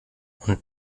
und